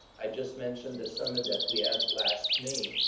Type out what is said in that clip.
i just mentioned the summit that we had last may.